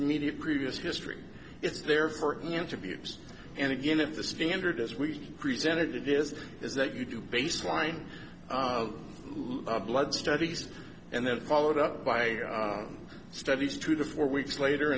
immediate previous history is there for interviews and again if the standard as we presented it is is that you do baseline of blood studies and then followed up by studies two to four weeks later